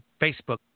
Facebook